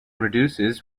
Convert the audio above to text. reduces